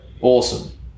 awesome